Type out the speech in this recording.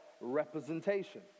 representation